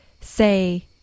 say